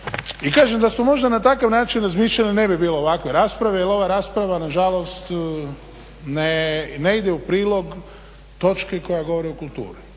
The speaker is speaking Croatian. I kažem da su možda na takav način razmišljali ne bi bilo ovakve rasprave, jer ova rasprava na žalost ne ide u prilog točki koja govori o kulturi,